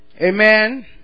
Amen